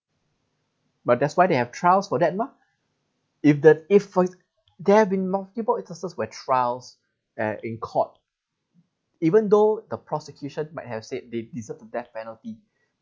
but that's why they have trials for that lor if that if for there have been multiple cases where trials eh in court even though the prosecution might have said they deserve the death penalty